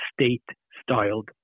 state-styled